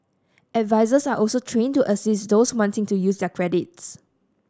advisers are also trained to assist those wanting to use their credits